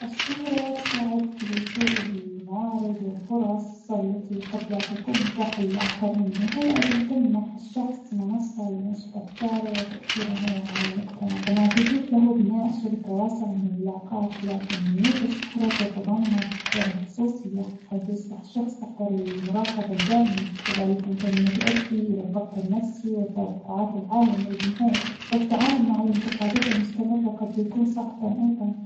الشهرة تساعد في الوصول إلى الموارد والفرص التي قد لا تكون متاحة للآخرين وهي أيضاً تمنح الشخص منصة لنشر أفكاره وتأثيره على المجتمع، كما تتيح له بناء شبكة واسعة من العلاقات، لكن عيوب الشهرة تتضمن فقدان الخصوصة حيث يصبح الشخص تحت المراقبة الدائمة، كذلك يمكن أن تؤدي إلى الضغط النفسي والتوقعات العالية من الجمهور والتعامل مع الانتقادات المستمرة قد يكون صعباً أيضاً.